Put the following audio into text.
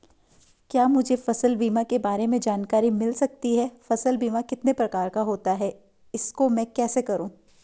क्या मुझे फसल बीमा के बारे में जानकारी मिल सकती है फसल बीमा कितने प्रकार का होता है इसको मैं कैसे करूँ?